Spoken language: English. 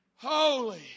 Holy